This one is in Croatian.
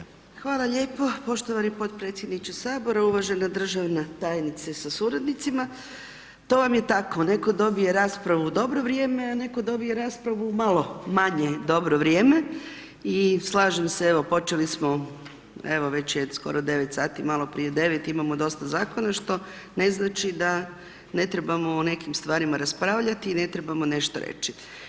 Hvala lijepo poštovani podpredsjedniče sabora, uvažena državna tajnice sa suradnicima, to vam je tako neko dobije raspravu u dobro vrijeme, a neko dobije raspravu u malo manje dobro vrijeme i slažem se evo počeli smo evo već je skoro 9 sati, malo prije 9, imamo dosta zakona što ne znači da ne trebamo o nekim stvarima raspravljati i ne trebamo nešto reći.